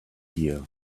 year